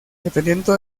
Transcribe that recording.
dependiendo